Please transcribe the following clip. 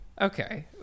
Okay